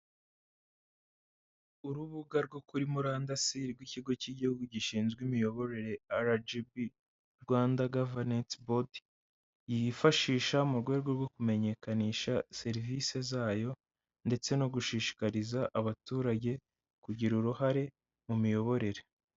Urubuga rwo kuri murandasi rw'ikigo cy'igihugu gishinzwe imiyoborere RGB (Rwanda Governance Board), yifashisha mu rwego rwo kumenyekanisha serivisi zayo ndetse no gushishikariza abaturage kugira uruhare mu miyoborere.